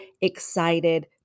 excited